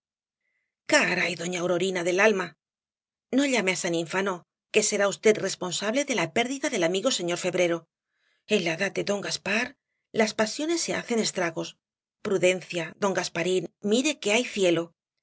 caray doña aurorina del alma no llame á esa ninfa no que será v responsable de la pérdida del amigo señor febrero en la edad de don gaspar las pasiones hacen estragos prudencia don gasparín mire que hay cielo